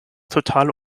total